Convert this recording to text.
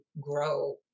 grow